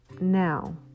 Now